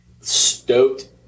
stoked